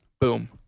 boom